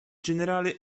generale